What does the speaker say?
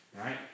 right